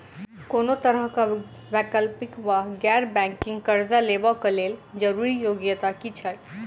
कोनो तरह कऽ वैकल्पिक वा गैर बैंकिंग कर्जा लेबऽ कऽ लेल जरूरी योग्यता की छई?